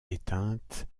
éteinte